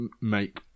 make